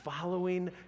following